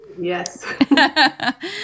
Yes